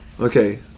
Okay